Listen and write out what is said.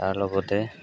তাৰ লগতে